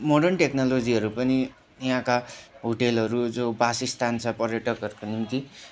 modern टेक्नोलोजीहरू पनि यहाँका होटलहरू जो वासस्थान छ पर्यटकहरूको निम्ति